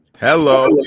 hello